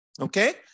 Okay